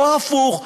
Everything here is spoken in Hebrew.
או הפוך,